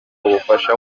ubufasha